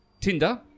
Tinder